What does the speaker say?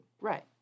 Right